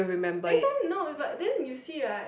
every time no eh but then you see right